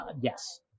Yes